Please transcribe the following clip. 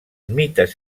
mites